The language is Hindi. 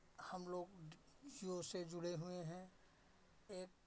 हम लोग जिओ से जुड़े हुए हैं एक